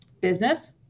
business